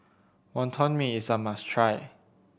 Wonton Mee is a must try